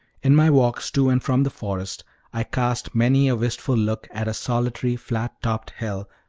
in my walks to and from the forest i cast many a wistful look at a solitary flat-topped hill,